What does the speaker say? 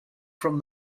from